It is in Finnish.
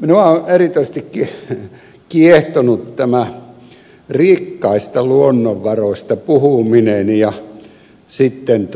minua on erityisesti kiehtonut tämä rikkaista luonnonvaroista puhuminen sitten